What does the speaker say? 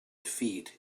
feet